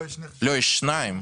לא, יש שניים.